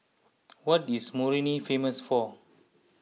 what is Moroni famous for